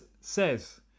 says